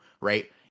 right